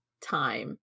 time